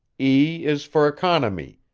e is for economy,